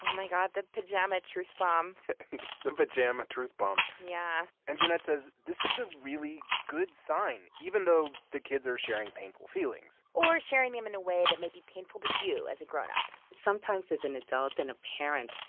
my god the pajama truth bomb the pajama truth bomb yeah and jeanette says this is a really good sign, even though the kids are sharing painful feelings or sharing them in a way that may be painful to you as a grown-up sometimes, as an adult and a parent,